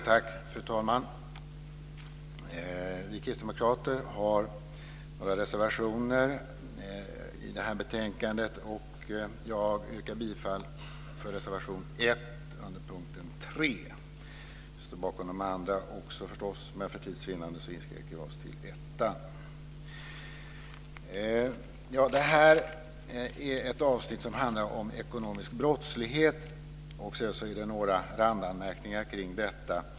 Fru talman! Vi kristdemokrater har några reservationer vid det här betänkandet, och jag yrkar bifall till reservation 1 under punkt 3. Jag står förstås också bakom de andra, men för tids vinnande inskränker vi oss till detta yrkande. Detta avsnitt handlar om ekonomisk brottslighet, och jag ska göra några randanmärkningar kring detta.